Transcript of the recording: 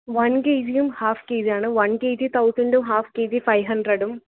one K ജിയും half K ജിയും ആണ് വണ് കെ ജി തൗസൻറും ഹാഫ് കെ ജി ഫൈവ് ഹണ്ട്രഡും